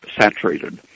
saturated